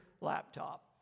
laptop